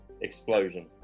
Explosion